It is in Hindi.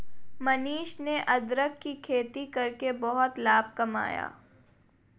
मनीष ने अदरक की खेती करके बहुत लाभ कमाया